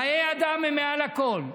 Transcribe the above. חיי אדם הם מעל לכול,